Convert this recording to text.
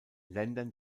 ländern